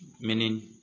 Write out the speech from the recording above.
meaning